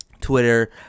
Twitter